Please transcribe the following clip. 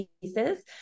pieces